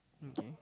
okay